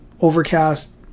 overcast